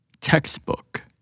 Textbook